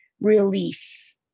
release